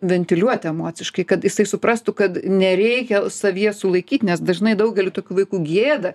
ventiliuoti emociškai kad jisai suprastų kad nereikia savyje sulaikyt nes dažnai daugeliui tokių vaikų gėda